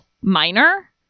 minor